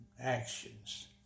actions